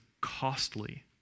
costly